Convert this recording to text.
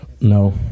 No